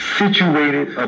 situated